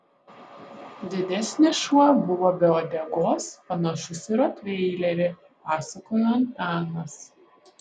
didesnis šuo buvo be uodegos panašus į rotveilerį pasakojo antanas